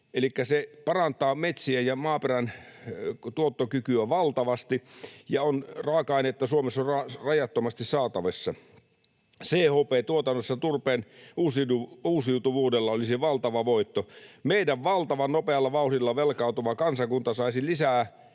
elikkä se parantaa metsien ja maaperän tuottokykyä valtavasti, ja raaka-ainetta Suomessa on rajattomasti saatavissa. CHP-tuotannossa turpeen uusiutuvuudella tulisi valtava voitto. Meidän valtavan nopealla vauhdilla velkautuva kansakuntamme saisi lisää